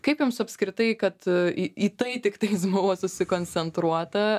kaip jums apskritai kad į į tai tiktais buvo susikoncentruota